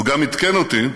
הוא גם עדכן אותי,